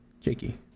Jakey